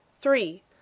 three